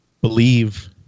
believe